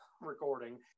recording